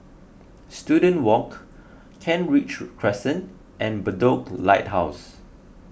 Student Walk Kent Ridge Crescent and Bedok Lighthouse